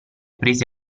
presi